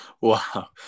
wow